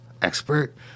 expert